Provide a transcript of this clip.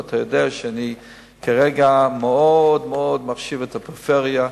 ואתה יודע שאני כרגע מאוד מאוד מחשיב את הפריפריה,